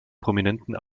prominenten